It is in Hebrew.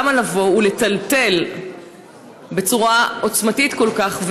למה לבוא ולטלטל בצורה עוצמתית כל כך,